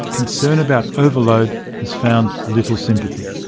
concern about overload has found little sympathy.